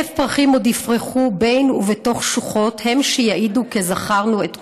"אלף פרחים עוד יפרחו בין ובתוך שוחות / הם שיעידו כי זכרנו את כולם".